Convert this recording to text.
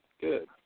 good